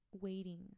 waiting